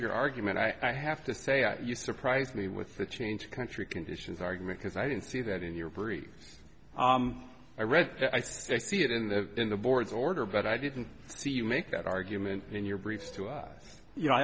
your argument i have to say are you surprised me with the change to country conditions argument because i didn't see that in your brief i read they see it in the in the board's order but i didn't see you make that argument in your briefs to us you know